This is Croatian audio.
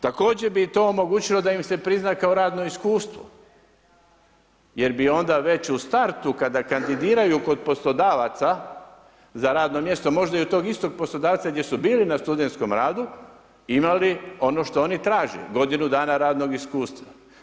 Također bi im to omogućilo da im se prizna kao radno iskustvo jer bi onda već u startu kada kandidiraju kod poslodavaca za radno mjesto, možda i od tog istog poslodavca gdje su bili na studentskom radu, imali ono što oni traže, godinu dana radnog iskustva.